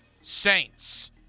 Saints